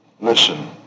Listen